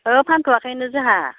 ओहो फान्थ'आखैनो जोंहा